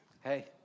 Hey